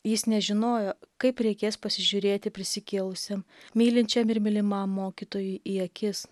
jis nežinojo kaip reikės pasižiūrėti prisikėlusiam mylinčiam ir mylimam mokytojui į akis